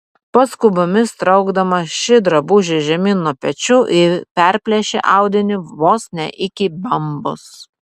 paskubomis traukdama šį drabužį žemyn nuo pečių ji perplėšė audinį vos ne iki bambos